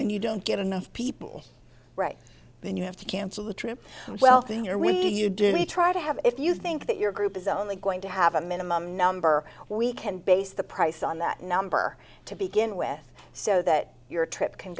and you don't get enough people right then you have to cancel the trip well thing you know we you do we try to have if you think that your group is only going to have a minimum number we can base the price on that number to begin with so that your trip can